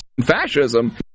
fascism